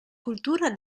cultura